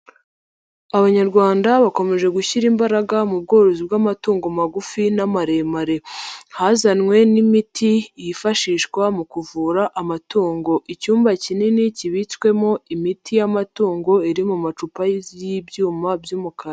Abanyarwanda bakomeje gushyira imbaraga mu bworozi bw'amatungo magufi n'amaremare. Hazanywe n'imiti yifashishwa mu kuvura amatungo. Icyumba kinini kibitswemo imiti y'amatungo iri mu macupa y'ibyuma by'umukara.